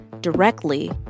directly